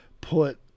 put